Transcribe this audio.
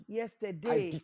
yesterday